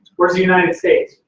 where's the united states,